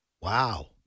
Wow